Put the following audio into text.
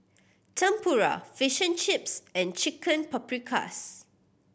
Tempura Fish and Chips and Chicken Paprikas